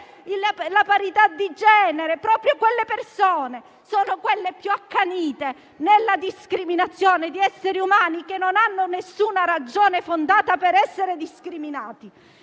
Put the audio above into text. la parità di genere: proprio quelle persone sono le più accanite nella discriminazione di esseri umani che non hanno alcuna ragione fondata per essere discriminati.